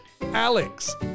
Alex